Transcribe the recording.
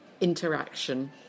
interaction